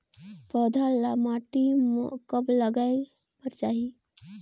पौधा ल माटी म कब लगाए बर चाही?